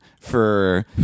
for-